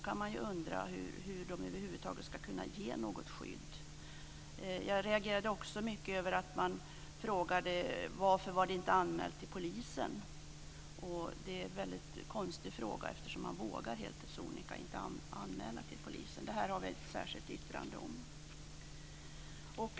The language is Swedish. Man kan då undra hur de över huvud taget ska kunna ge något skydd. Jag reagerade också över att man frågade varför det inte var anmält till polisen. Det är en konstig fråga eftersom man helt enkelt inte vågar anmäla till polisen. Detta har vi ett särskilt yttrande om.